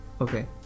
okay